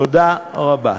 תודה רבה.